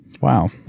wow